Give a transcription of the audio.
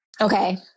Okay